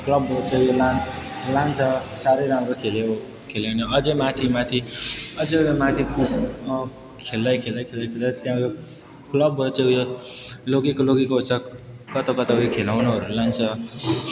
क्लबहरू चाहिँ लान् लान्छ साह्रै राम्रो खेल्यो खेलेन अझै माथि माथि अझै माथि अँ खेल्दा खेल्दै खेल्दै खेल्दै त्यहाँ यो क्लबबाट चाहिँ उयो लगेको लगेको हुन्छ कता कता उयो खेलाउनहरू लान्छ